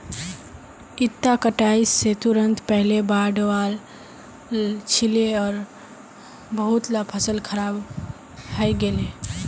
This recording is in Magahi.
इता कटाई स तुरंत पहले बाढ़ वल छिले आर बहुतला फसल खराब हई गेले